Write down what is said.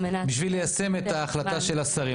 זה בשביל ליישם את ההחלטה של השרים.